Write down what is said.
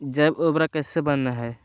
जैव उर्वरक कैसे वनवय हैय?